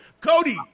Cody